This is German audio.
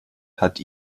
hat